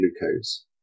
glucose